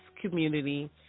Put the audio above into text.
community